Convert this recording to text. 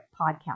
podcast